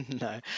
no